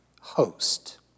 host